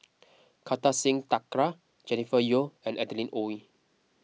Kartar Singh Thakral Jennifer Yeo and Adeline Ooi